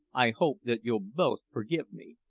i hope that you'll both forgive me.